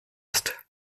ist